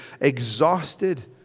exhausted